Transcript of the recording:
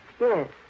Yes